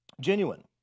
genuine